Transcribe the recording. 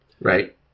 Right